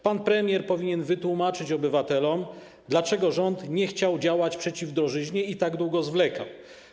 Pan premier powinien wytłumaczyć obywatelom, dlaczego rząd nie chciał działać przeciw drożyźnie i tak długo zwlekał.